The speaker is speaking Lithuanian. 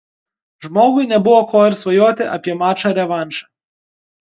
žmogui nebuvo ko ir svajoti apie mačą revanšą